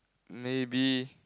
maybe